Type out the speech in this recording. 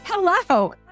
Hello